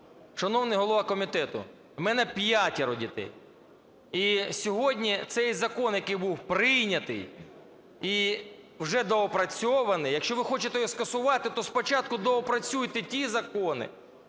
Шановний голово комітету, в мене п'ятеро дітей, і сьогодні цей закон, який був прийнятий і вже доопрацьований, якщо ви хочете його скасувати, то спочатку доопрацюйте ті закони.